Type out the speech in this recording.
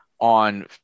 on